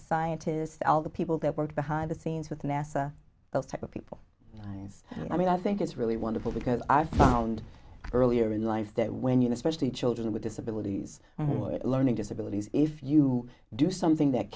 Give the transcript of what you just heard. scientists all the people that work behind the scenes with nasa those type of people yes i mean i think it's really wonderful because i found earlier in life that when you especially children with disabilities learning disabilities if you do something that